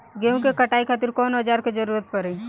गेहूं के कटाई खातिर कौन औजार के जरूरत परी?